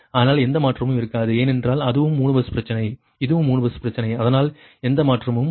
அதனால் எந்த மாற்றமும் இருக்காது ஏனென்றால் அதுவும் 3 பஸ் பிரச்சனை இதுவும் 3 பஸ் பிரச்சனை அதனால் எந்த மாற்றமும் இல்லை